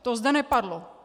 To zde nepadlo.